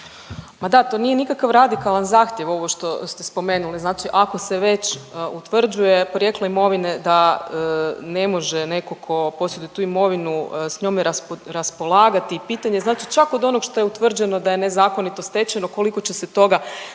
Pa da, to nije nikakav radikalan zahtjev ovo što ste spomenuli. Znači ako se već utvrđuje porijeklo imovine da ne može netko tko posjeduje tu imovinu sa njome raspolagati. I pitanje znači čak od onog šta je utvrđeno da je nezakonito stečeno koliko će se toga